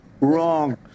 Wrong